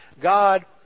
God